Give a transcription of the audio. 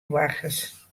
boargers